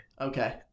Okay